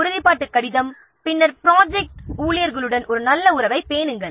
உ றுதிப்பாட்டுக் கடிதத்தின் மூலம் ப்ராஜெக்ட் ஊழியர்களுடன் ஒரு நல்ல உறவைப் பேண வேண்டும்